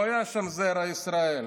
לא היה שם זרע ישראל,